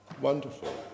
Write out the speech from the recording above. Wonderful